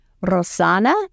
rosana